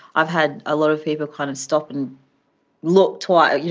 i've had a lot of people kind of stop and look twice. yeah